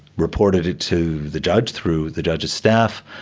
reported to the judge through the judge's staff.